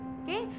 okay